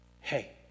hey